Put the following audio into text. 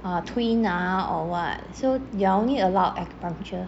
uh 推拿 or what so you're only allowed acupuncture